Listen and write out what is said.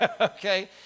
Okay